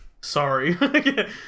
sorry